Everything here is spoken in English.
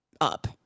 up